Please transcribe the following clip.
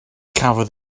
cafodd